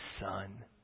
son